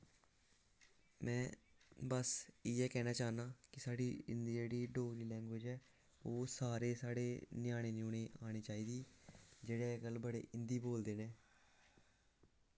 ते में बस इयै कैह्ना चाह्नां की साढ़ी जेह्ड़ी हिंदी डोगरी लैंग्वेज ऐ ओह् सारे साढ़े ञ्यानें गी आनी चाहिदी जेह्ड़े अजकल्ल बड़े हिंदी बोलदे न